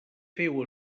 féu